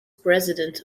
president